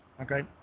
Okay